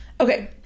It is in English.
Okay